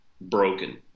broken